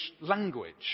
language